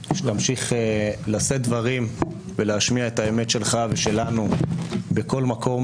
שתמשיך לשאת דברים ולהשמיע את האמת שלך ושלנו בכל מקום,